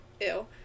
ew